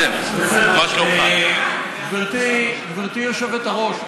גברתי היושבת-ראש,